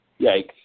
Yikes